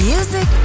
Music